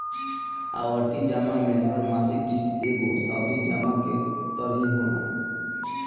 आवर्ती जमा में हर मासिक किश्त एगो सावधि जमा की तरही होला